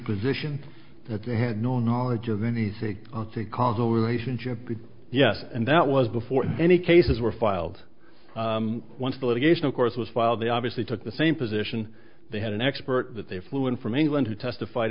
position that they had no knowledge of anything to causal relationship yes and that was before any cases were filed once the litigation of course was filed they obviously took the same position they had an expert that they flew in from england who testified